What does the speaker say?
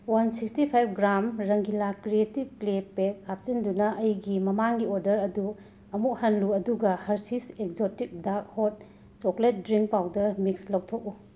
one sixty five gram ꯔꯪꯒꯤꯂꯥ creative clay pack ꯍꯥꯞꯆꯤꯟꯗꯨꯅ ꯑꯩꯒꯤ ꯃꯃꯥꯡꯒꯤ ꯑꯣꯔꯗꯔ ꯑꯗꯨ ꯑꯃꯨꯛ ꯍꯟꯂꯨ ꯑꯗꯨꯒ Hershey's exotic dark hot chocolate drink powder mix ꯂꯧꯊꯣꯛꯎ